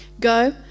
Go